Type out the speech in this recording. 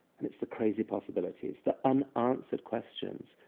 and it's the crazy possibilities, the unanswered questions,